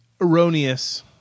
Erroneous